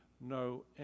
no